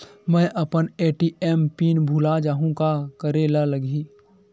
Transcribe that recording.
मैं अपन ATM pin भुला जहु का करे ला लगही?